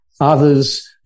others